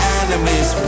enemies